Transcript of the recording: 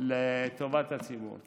לטובת הציבור.